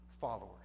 followers